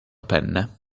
penne